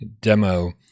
demo